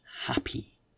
happy